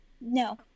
No